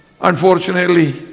Unfortunately